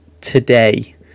today